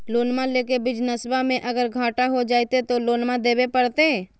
लोनमा लेके बिजनसबा मे अगर घाटा हो जयते तो लोनमा देवे परते?